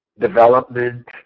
Development